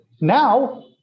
Now